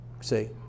See